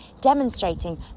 demonstrating